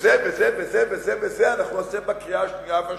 וזה וזה וזה וזה וזה אנחנו נעשה בקריאה השנייה והשלישית.